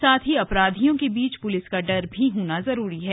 साथ ही अपराधियों के बीच प्लिस का डर भी होना जरूरी है